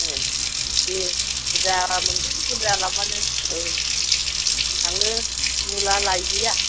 ए दे बुरजा मोनगोन बुरजा लांबानो औ थाङो मुला लाइ गैया